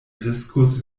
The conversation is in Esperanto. riskus